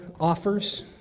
offers